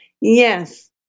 Yes